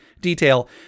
detail